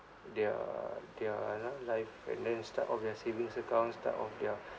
their their you know life and then start off your savings accounts start off their